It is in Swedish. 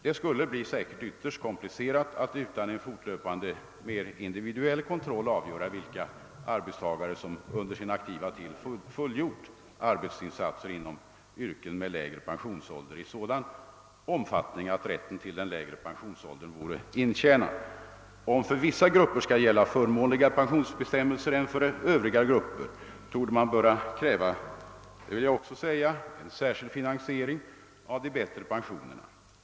Det skulle bli ytterst komplicerat att utan en fortlöpande mer individuell kontroll avgöra vilka arbetstagare som under sin aktiva tid fullgjort arbetsinsatser inom yrken med lägre pensionsålder i sådan omfattning, att rätten till den lägre pensionsåldern vore intjänad. Om för vissa grupper skall gälla förmånligare pensionsbestämmelser än för övriga grupper torde en särskild finansiering av de bättre pensionerna krävas.